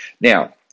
Now